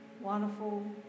wonderful